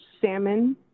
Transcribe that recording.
salmon